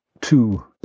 two